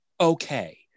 okay